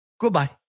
Goodbye